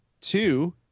Two